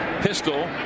Pistol